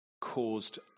caused